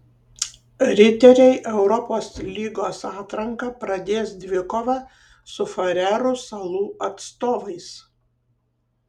riteriai europos lygos atranką pradės dvikova su farerų salų atstovais